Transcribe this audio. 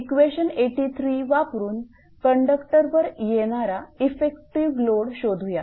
equation 83 वापरून कंडक्टवर येणारा इफेक्टिव्ह लोड शोधूयात